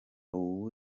ubu